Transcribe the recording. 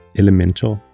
Elementor